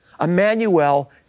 Emmanuel